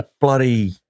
bloody